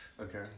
Okay